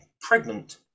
pregnant